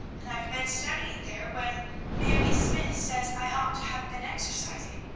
and i've been studying there when mamie smythe says i ought to have been exercising.